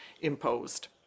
imposed